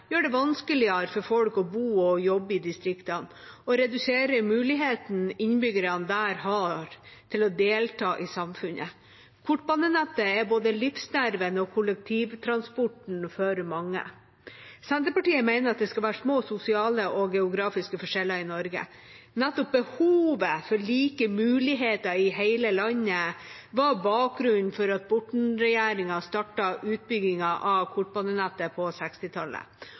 gjør det vanskeligere for folk å bo og jobbe i distriktene og reduserer muligheten innbyggerne der har til å delta i samfunnet. Kortbanenettet er både livsnerven og kollektivtransporten for mange. Senterpartiet mener det skal være små sosiale og geografiske forskjeller i Norge. Nettopp behovet for like muligheter i hele landet var bakgrunnen for at Borten-regjeringen startet utbyggingen av kortbanenettet på